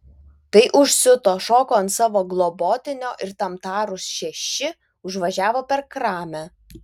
tai užsiuto šoko ant savo globotinio ir tam tarus šeši užvažiavo per kramę